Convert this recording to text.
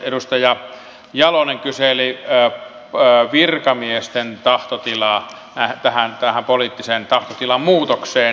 edustaja jalonen kyseli virkamiesten tahtotilaa tähän poliittisen tahtotilan muutokseen